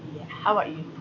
yeah how about you